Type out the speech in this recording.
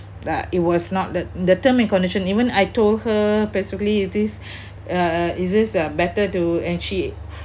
uh it was not the the term and condition even I told her basically is this uh uh is this uh better to and she